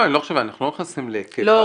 לא, אנחנו לא נכנסים להיקפי העסקה.